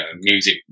music